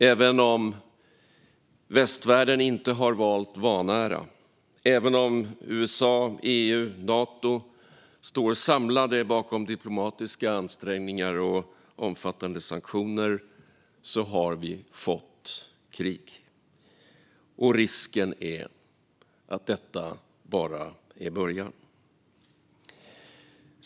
Även om västvärlden inte har valt vanära, även om USA, EU och Nato står samlade bakom diplomatiska ansträngningar och omfattande sanktioner, har vi fått krig. Risken är att detta bara är början.